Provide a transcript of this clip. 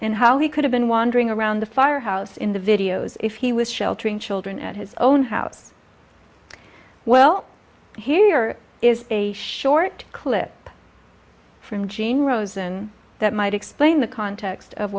and how he could have been wandering around the firehouse in the videos if he was sheltering children at his own house well here is a short clip from jeanne rosen that might explain the context of